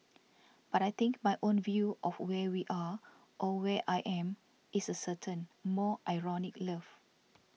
but I think my own view of where we are or where I am is a certain more ironic love